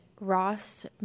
Ross